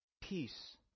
peace